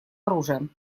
оружием